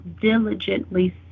diligently